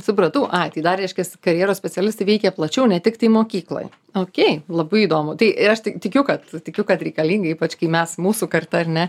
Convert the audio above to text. supratau ai tai dar reiškias karjeros specialistai veikia plačiau ne tik mokykloj oukėj labai įdomu tai aš tik tikiu kad tikiu kad reikalinga ypač kai mes mūsų karta ar ne